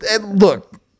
Look